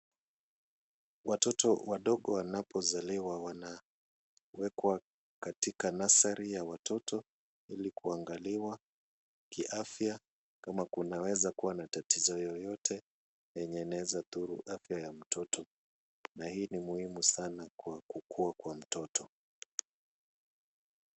Watoto wadogo wanapozaliwa wanawekwa katika nursery ya watoto ili kuangaliwa kiafya kama kunaweza kuwa na tatizo yoyote yenye inaweza dhuru afya ya mtoto na hii ni muhimu sana kwa kukua kwa mtoto.